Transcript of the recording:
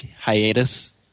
hiatus